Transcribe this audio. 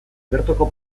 bertoko